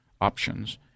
options